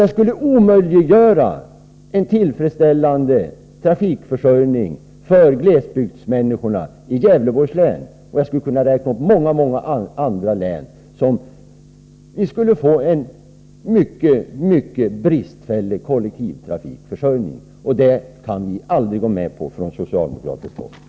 Det skulle omöjliggöra en tillfredsställande trafikförsörjning för glesbygdsmänniskorna i Gävleborgs län. Och jag skulle kunna räkna upp många andra län där kollektivtrafikförsörjningen skulle bli mycket bristfällig. Det kan vi aldrig gå med på från socialdemokratiskt håll.